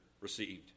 received